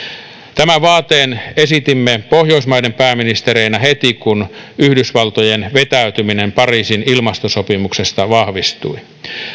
tämän vaateen esitimme pohjoismaiden pääministereinä heti kun yhdysvaltojen vetäytyminen pariisin ilmastosopimuksesta vahvistui